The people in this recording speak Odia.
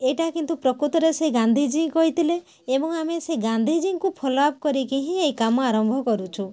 ଏଇଟା କିନ୍ତୁ ପ୍ରକୃତରେ ସେ ଗାନ୍ଧିଜୀ କହିଥିଲେ ଏବଂ ଆମେ ସେ ଗାନ୍ଧିଜୀ ଙ୍କୁ ଫଲୋଅପ କରିକି ହିଁ ଏଇ କାମ ଆରମ୍ଭ କରୁଛୁ